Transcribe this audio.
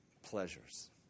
pleasures